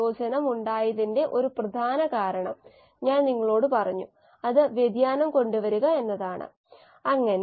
കോശങ്ങൾ വളരുന്നതിനുള്ള എല്ലാ പോഷകങ്ങളും ഇത് നൽകുന്നു അതായത് കൾച്ചർ കോശങ്ങൾ പെരുകുക വളരുന്ന കൾച്ചർ തുടങ്ങിയവ